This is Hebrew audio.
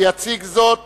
יציג זאת